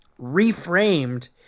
reframed